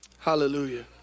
Hallelujah